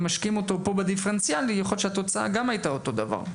משקיעים אותו פה בדיפרנציאלי יכול להיות שהתוצאה גם הייתה אותו דבר.